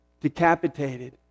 decapitated